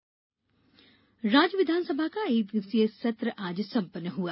विधानसभा सत्र राज्य विधानसभा का एक दिवसीय सत्र आज संपन्न हुआ